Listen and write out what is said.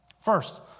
First